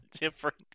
different